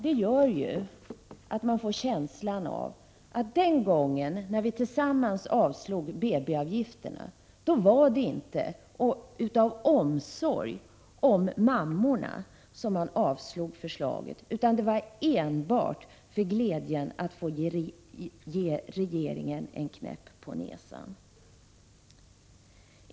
Det gör att man får känslan av att den gången vi tillsammans avslog förslaget om BB-avgifterna var det inte av omsorg om mödrarna utan enbart för glädjen att få ge regeringen en knäpp på näsan.